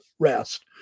rest